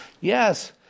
Yes